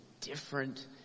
different